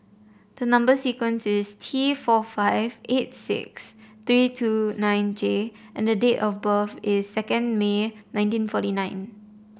the number sequence is T four five eight six three two nine J and the date of birth is second May nineteen forty nine